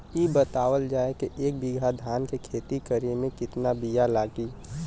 इ बतावल जाए के एक बिघा धान के खेती करेमे कितना बिया लागि?